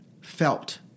felt